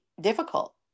difficult